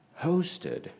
hosted